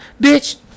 Bitch